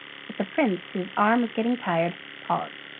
the prince, whose arm was getting tired, paused.